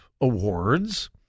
awards